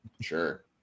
sure